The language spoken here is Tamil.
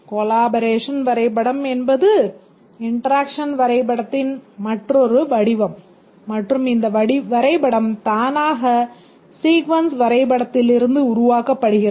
கொலாபரேஷன் வரைபடம் என்பது இன்டராக்க்ஷன் வரைபடத்தின் மற்றொரு வடிவம் மற்றும் இந்த வரைபடம் தானாக சீக்வென்ஸ் வரைபடத்திலிருந்து உருவாக்கப்படுகிறது